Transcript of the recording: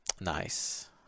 Nice